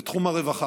בתחום הרווחה